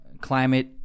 climate